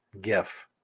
gif